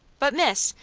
but, miss,